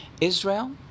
Israel